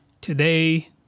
today